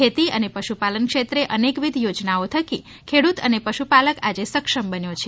ખેતી અને પશુપાલન ક્ષેત્રે અનેકવિધ યોજનાઓ થકી ખેડુત અને પશુપાલક આજે સક્ષમ બન્યો છે